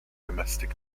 domestic